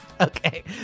Okay